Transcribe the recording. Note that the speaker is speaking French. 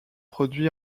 produit